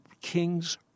king's